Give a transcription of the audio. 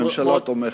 הממשלה תומכת.